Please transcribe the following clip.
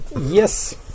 Yes